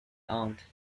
aunt